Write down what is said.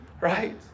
right